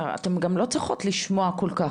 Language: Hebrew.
אתן גם לא צריכות לשמוע כל כך,